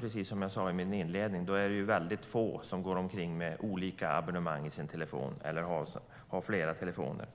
Precis som jag sade i min inledning är det få som går omkring med olika abonnemang i sin telefon eller har flera telefoner.